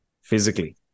physically